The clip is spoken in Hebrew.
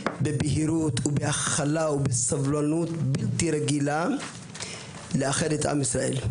בבהירות ובהכלה ובסבלנות בלתי רגילה לאחד את עם ישראל,